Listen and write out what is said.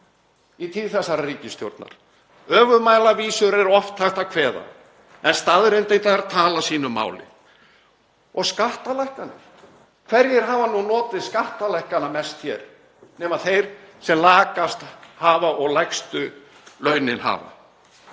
í tíð þessarar ríkisstjórnar. Öfugmælavísur er oft hægt að kveða en staðreyndirnar tala sínu máli. Og skattalækkanir — hverjir hafa notið skattalækkana mest hér nema þeir sem lakast hafa það og lægstu launin hafa?